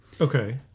Okay